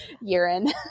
urine